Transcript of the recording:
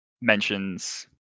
mentions